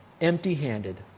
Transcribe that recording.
empty-handed